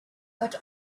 but